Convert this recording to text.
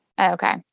Okay